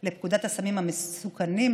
36(ח)(ב) לפקודת הסמים המסוכנים ,